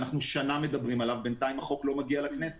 אנחנו שנה מדברים עליו ובינתיים החוק לא מגיע לכנסת.